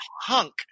hunk